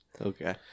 Okay